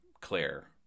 Claire